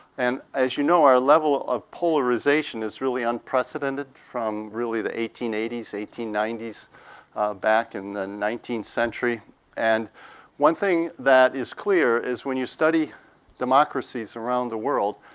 and as you know, our level of polarization is really unprecedented from really the eighteen eighty s, eighteen ninety s back in the nineteenth century and one thing that is clear is when you study democracies around the world,